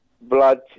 blood